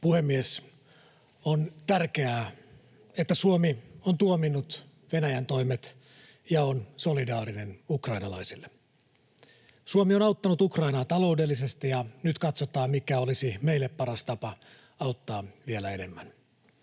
puhemies! On tärkeää, että Suomi on tuominnut Venäjän toimet ja on solidaarinen ukrainalaisille. Suomi on auttanut Ukrainaa taloudellisesti, ja nyt katsotaan, mikä olisi meille paras tapa auttaa vielä enemmän.